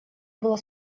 было